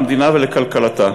למדינה ולכלכלתה.